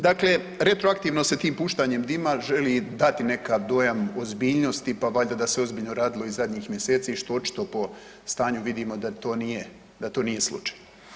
Dakle, retroaktivno se tim puštanjem dima želi dati neki dojam ozbiljnosti pa valjda da se ozbiljno radilo i zadnjih mjeseci što očito po stanju vidimo da to nije, da to nije slučaj.